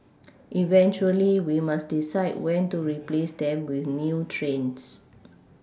eventually we must decide when to replace them with new trains